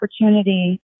opportunity